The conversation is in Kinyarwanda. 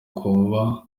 kuba